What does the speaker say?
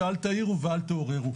שאל תעירו ואל תעוררו,